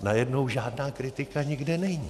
Najednou žádná kritika nikde není.